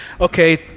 okay